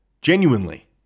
genuinely